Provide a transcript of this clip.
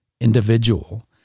individual